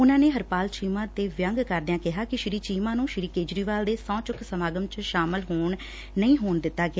ਉਨੂਂ ਨੇ ਹਰਪਾਲ ਚੀਮਾ ਤੇ ਵਿਅੰਗ ਕਰਦਿਆਂ ਕਿਹਾ ਕਿ ਸ੍ਰੀ ਚੀਮਾ ਨੂੰ ਸ੍ਰੀ ਕੇਜਰੀਵਾਲ ਦੇ ਸਹੁੰ ਚੁੱਕ ਸਮਾਗਮ ਚ ਸ਼ਾਮਲ ਨਹੀਂ ਹੋਣ ਦਿੱਤਾ ਗਿਆ